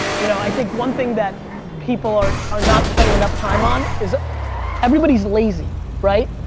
you know, i think one thing that people are are not spending enough time on is everybody's lazy, right?